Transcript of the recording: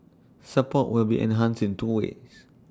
support will be enhanced in two ways